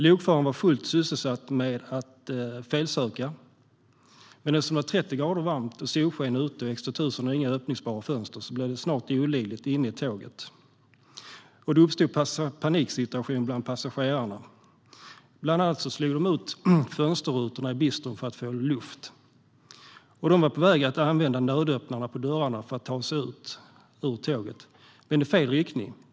Lokföraren var fullt sysselsatt med att felsöka. Det var 30 grader varmt och solsken ute. X 2000 har inga öppningsbara fönster, så det blev snart olidligt inne i tåget. Det uppstod en paniksituation bland passagerarna som bland annat slog ut fönsterrutorna i bistron för att få luft. De var även på väg att använda nödöppnarna på dörrarna för att ta sig ut ur tåget - men i fel riktning.